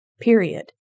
period